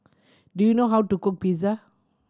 do you know how to cook Pizza